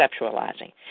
conceptualizing